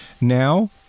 Now